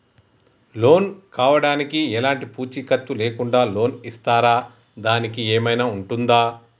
Loan కావడానికి ఎలాంటి పూచీకత్తు లేకుండా లోన్ ఇస్తారా దానికి ఏమైనా ఉంటుందా?